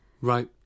Right